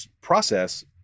process